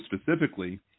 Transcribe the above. specifically